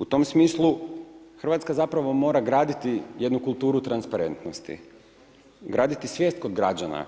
U tom smislu Hrvatska mora graditi jednu kulturu transparentnosti, graditi svijest kod građana